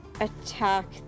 attack